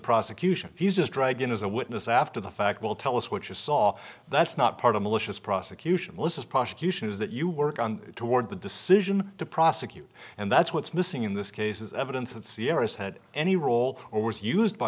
prosecution he's just dragging as a witness after the fact will tell us what you saw that's not part of malicious prosecution willis's prosecution is that you work on toward the decision to prosecute and that's what's missing in this case is evidence that sierra's had any role or was used by